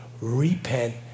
repent